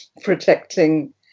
protecting